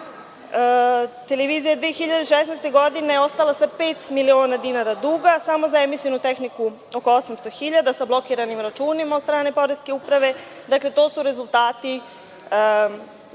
čita. Televizija je 2016. godine ostala sa pet miliona dinara duga, a samo za emisionu tehniku oko 800.000 sa blokiranim računima od strane poreske uprave. Dakle, to su rezultati